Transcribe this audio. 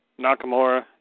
Nakamura